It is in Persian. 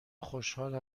خوشحال